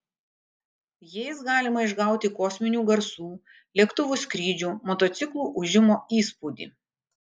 jais galima išgauti kosminių garsų lėktuvų skrydžių motociklų ūžimo įspūdį